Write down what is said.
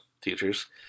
teachers